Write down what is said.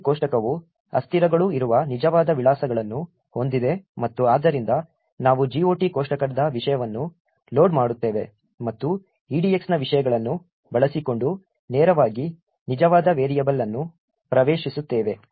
GOT ಕೋಷ್ಟಕವು ಅಸ್ಥಿರಗಳು ಇರುವ ನಿಜವಾದ ವಿಳಾಸಗಳನ್ನು ಹೊಂದಿದೆ ಮತ್ತು ಆದ್ದರಿಂದ ನಾವು GOT ಕೋಷ್ಟಕದ ವಿಷಯವನ್ನು ಲೋಡ್ ಮಾಡುತ್ತೇವೆ ಮತ್ತು EDX ನ ವಿಷಯಗಳನ್ನು ಬಳಸಿಕೊಂಡು ನೇರವಾಗಿ ನಿಜವಾದ ವೇರಿಯಬಲ್ ಅನ್ನು ಪ್ರವೇಶಿಸುತ್ತೇವೆ